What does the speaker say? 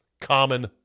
common